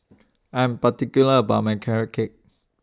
I Am particular about My Carrot Cake